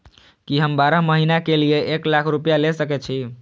की हम बारह महीना के लिए एक लाख रूपया ले सके छी?